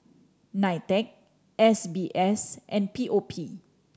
NITEC S B S and P O P